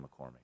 McCormick